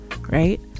right